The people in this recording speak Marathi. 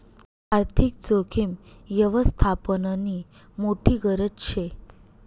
आर्थिक जोखीम यवस्थापननी मोठी गरज शे